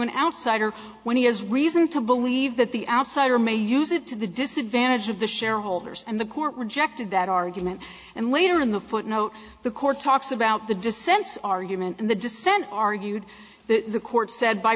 an outsider when he has reason to believe that the outsider may use it to the disadvantage of the shareholders and the court rejected that argument and later in the footnote the court talks about the just sense argument and the dissent argued that the court said by